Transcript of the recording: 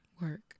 work